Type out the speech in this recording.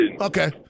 Okay